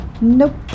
Nope